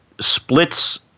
splits